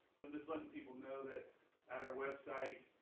so just like people know that at our website,